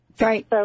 Right